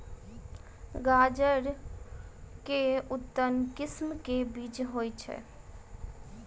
गाजर केँ के उन्नत किसिम केँ बीज होइ छैय?